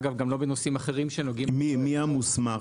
אגב גם לא בנושאים אחרים- -- מי המוסמך